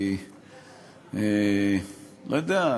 כי אני לא יודע,